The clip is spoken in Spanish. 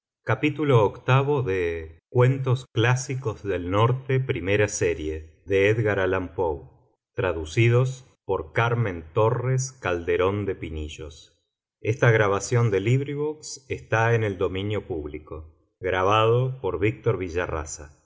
orglicense title cuentos clásicos del norte primera serie author edgar allan poe translator carmen torres calderón de pinillos